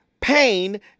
pain